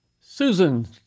Susan